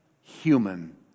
human